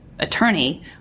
attorney